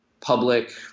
public